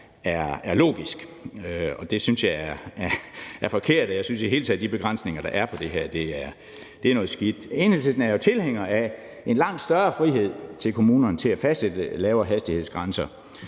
er logisk, og jeg synes, det er forkert. Jeg synes i hele taget, at det er noget skidt med de begrænsninger, der er på det her område. Enhedslisten er jo tilhængere af at give en langt større frihed til kommunerne til at fastsætte lavere hastighedsgrænser,